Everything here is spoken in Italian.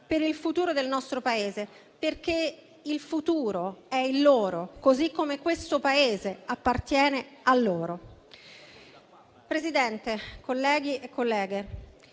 per il futuro del nostro Paese, perché il futuro è il loro, così come questo Paese appartiene a loro. Presidente, colleghi e colleghe,